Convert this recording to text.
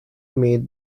made